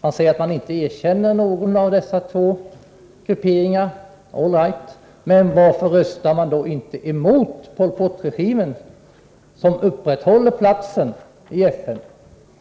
Man säger att man inte erkänner någon av dessa två grupperingar. All right, men varför röstar man då inte emot Pol Pot-regimen, som upprätthåller platsen i FN